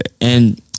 and-